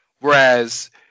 whereas